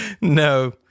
no